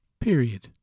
period